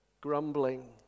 grumbling